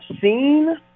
seen